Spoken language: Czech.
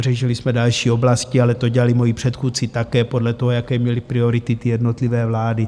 Řešili jsme další oblasti, ale to dělali moji předchůdci, také podle toho, jaké měly priority jednotlivé vlády.